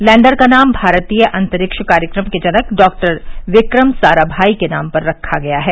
lander का नाम भारतीय अंतरिक्ष कार्यक्रम के जनक डॉक्टर विक्रम साराभाई के नाम पर रखा गया है